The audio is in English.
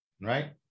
Right